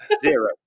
Zero